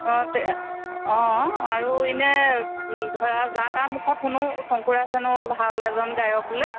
আৰু এনে ধৰা যাৰ তাৰ মুখত শুনো শংকৰাজ হেনো ভাল এজন গায়ক বোলে